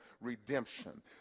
redemption